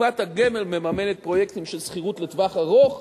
קופת הגמל מממנת פרויקטים של שכירות לטווח ארוך,